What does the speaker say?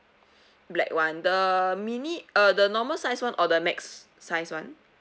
black [one] the mini uh the normal size [one] or the max size [one]